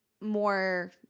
more